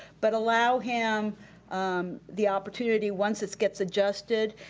but allow him the opportunity, once this gets adjusted,